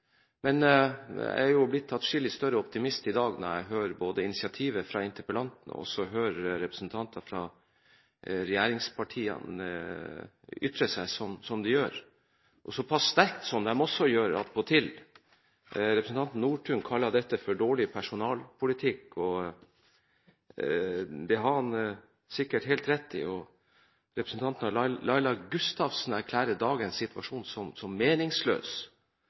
Men jeg har jo blitt atskillig større optimist i dag med initiativet fra interpellanten og når jeg hører representanter fra regjeringspartiene ytre seg som de gjør – og såpass sterkt som de gjør, attpåtil. Representanten Nordtun kaller dette for dårlig personalpolitikk. Det har han sikkert helt rett i. Representanten Laila Gustavsen erklærer dagens situasjon som meningsløs. Derfor tror jeg forsvarsministeren ganske trygt kan ha enda djervere mål enn det som